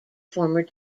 former